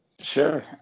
Sure